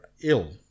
ill